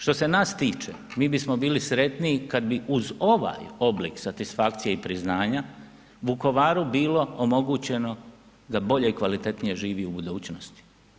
Što se nas tiče, mi bismo bili sretni kad bi uz ovaj oblik satisfakcije i priznanja, Vukovaru bilo omogućeno da bolje i kvalitetnije živi u budućnosti.